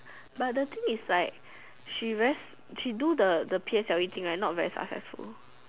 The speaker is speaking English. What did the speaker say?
but the thing is like she very she do the the P_S_L_E thing right not very successful